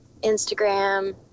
Instagram